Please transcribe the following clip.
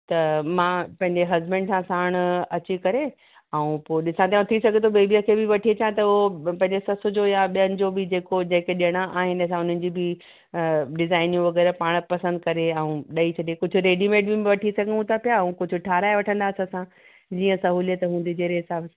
त मां पंहिंजे हसबेंड सां साण अची करे ऐं पोइ ॾिसां थी ऐं थी सघे थो बेबीअ खे बि वठी अचां त उहो पंहिंजे ससु जो या ॿियनि जो बी जेको ॾियणा आहिनि असां उनजी बि डिजाइनूं वगै़रह पाण पसंदि करे ऐं ॾई छॾे ऐं कुझु रेडीमेड में बि वठी सघूं था पिया ऐं कुझु ठहाराए वठंदा असां जीअं सहुलियत हूंदी जहिड़े हिसाब सां